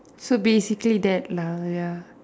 so basically that lah ya